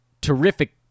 terrific